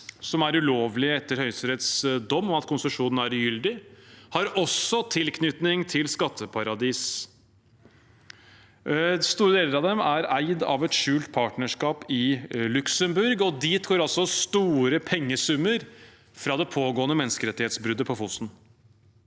som er ulovlige etter Høyesteretts dom ved at konsesjonen er ugyldig, har også tilknytning til skatteparadiser. Store deler av dem er eid av et skjult partnerskap i Luxembourg, og dit går altså store pengesummer fra det pågående menneskerettighetsbruddet på Fosen